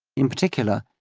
in particular,